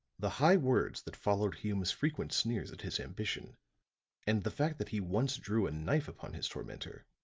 the high words that followed hume's frequent sneers at his ambition and the fact that he once drew a knife upon his tormentor,